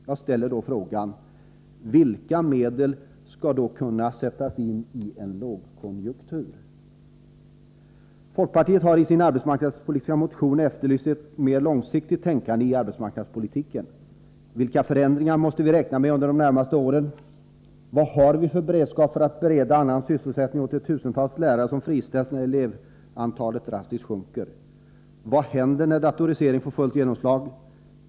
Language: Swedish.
Jag ställer frågan: Vilka medel skall då kunna sättas in i en lågkonjunktur? Folkpartiet har i sin arbetsmarknadspolitiska partimotion efterlyst ett mer långsiktigt tänkande i arbetsmarknadspolitiken. Vilka förändringar måste vi räkna med under de närmaste åren? Vad har vi för beredskap för att bereda annan sysselsättning åt de tusentals lärare som friställs när elevantalet drastiskt sjunker? Vad händer när datoriseringen får fullt genomslag?